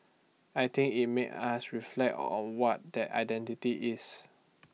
I think IT made us reflect on what that identity is